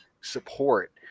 support